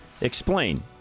explain